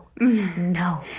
no